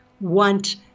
want